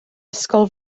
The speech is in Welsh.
ysgol